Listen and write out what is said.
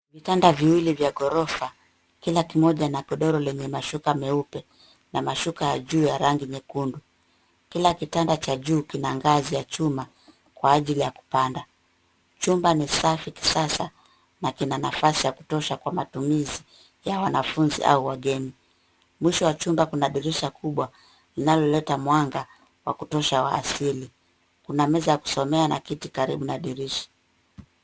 Vitanda viwili vya ghorofa, kila kimoja na godoro lenye mashuka meupe, na mashuka ya juu ya rangi nyekundu. Kila kitanda cha juu kina ngazi ya chuma kwa ajili ya kupanda. Chumba ni safi kisasa na kina nafasi ya kutosha kwa matumizi ya wanafunzi au wageni. Mwisho wa chumba kina dirisha kubwa linaloleta mwanga wa kutosha wa asili. Kuna meza ya kusomea na kiti karibu na dirisha.